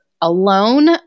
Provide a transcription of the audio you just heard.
alone